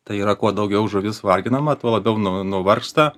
tai yra kuo daugiau žuvis varginama tuo labiau nu nuvargsta